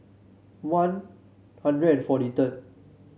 One Hundred forty third